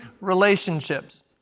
relationships